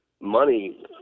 money